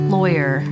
Lawyer